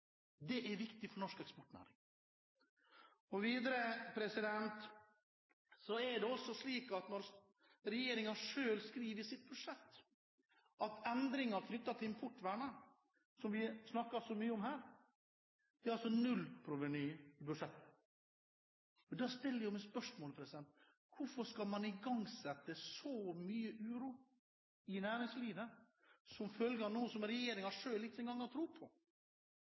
Det er viktig for norsk eksportnæring. Videre er det slik at når regjeringen selv skriver i sitt budsjett at endringer knyttet til importvernet, som vi snakker så mye om her, er et nullprovenybudsjett, stiller jeg meg spørsmålet: Hvorfor skal man igangsette så mye uro i næringslivet som følge av noe som ikke engang regjeringen selv har tro på?